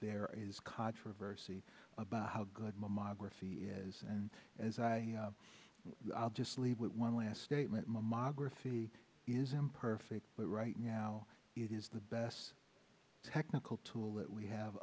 there is controversy about how good mammography is and as i'll just leave one last statement mammography is imperfect but right now it is the best technical tool that we have